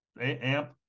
AMP